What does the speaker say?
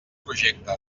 projecte